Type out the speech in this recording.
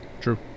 True